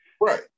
Right